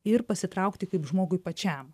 ir pasitraukti kaip žmogui pačiam